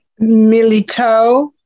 Milito